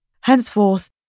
Henceforth